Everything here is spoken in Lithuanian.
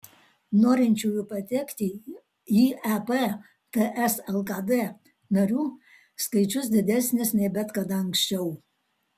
norinčiųjų patekti į ep ts lkd narių skaičius didesnis nei bet kada anksčiau